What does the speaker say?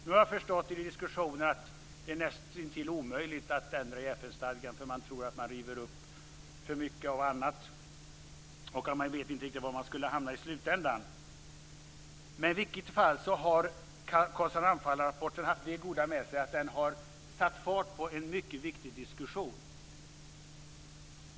Nu har jag förstått i diskussionen att det näst intill är omöjligt att ändra i FN-stadgan, för att man tror att man river upp för mycket av annat. Man vet inte riktigt var man skulle hamna i slutändan. Men i vilket fall som helst har Carlsson-Ramphal-rapporten haft det goda med sig att den har satt fart på en mycket viktig diskussion.